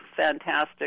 fantastic